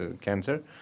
cancer